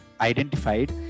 identified